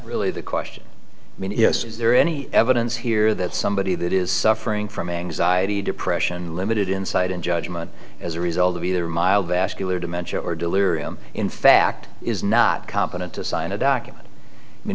really the question i mean is is there any evidence here that somebody that is suffering from anxiety depression limited insight and judgment as a result of either mild vascular dementia or delirium in fact is not competent to sign a document